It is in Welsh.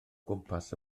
gwmpas